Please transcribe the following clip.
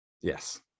Yes